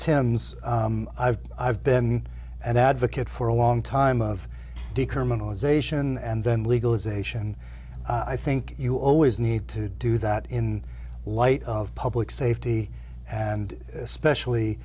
thames i've been an advocate for a long time of decriminalization and then legalization i think you always need to do that in light of public safety and especially